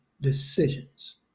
decisions